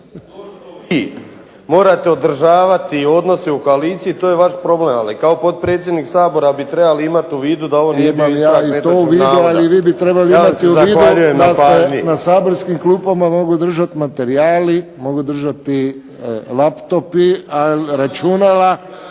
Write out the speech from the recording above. se./… morate održavati odnose u koaliciji to je vaš problem, ali kao potpredsjednik Sabora bi trebali imati u vidu da ovo … **Friščić, Josip (HSS)** Imam ja i